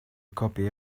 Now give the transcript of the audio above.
copy